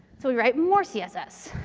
so, we write more css.